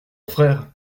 frère